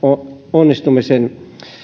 onnistumisessa